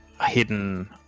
hidden